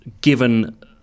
given